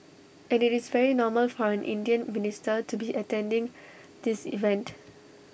and IT is very normal for an Indian minister to be attending this event